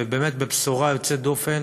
ובאמת בבשורה יוצאת דופן